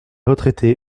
retraités